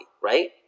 right